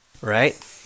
right